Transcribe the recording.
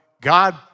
God